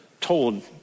told